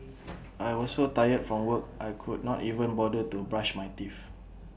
I was so tired from work I could not even bother to brush my teeth